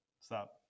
Stop